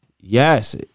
yes